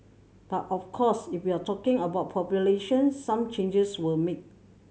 but of course if you're talking about population some changes were made